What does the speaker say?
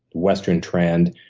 western trend,